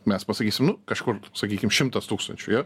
mes pasakysim nu kažkur sakykim šimtas tūkstančių jo